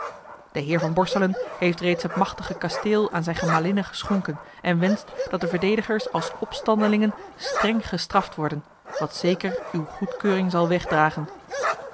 de heer van borselen heeft reeds het machtige kasteel aan zijne gemalinne geschonken en wenscht dat de verdedigers als opstandelingen streng gestraft worden wat zeker uwe goedkeuring zal wegdragen